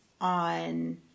on